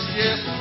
yes